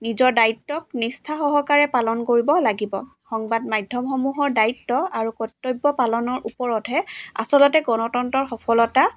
নিজৰ দায়িত্বক নিষ্ঠাসহকাৰে পালন কৰিব লাগিব সংবাদ মাধ্যমসমূহৰ দায়িত্ব আৰু কৰ্তব্য পালনৰ ওপৰতহে আচলতে গণতন্ত্ৰৰ সফলতা